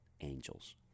angels